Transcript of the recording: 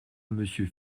monsieur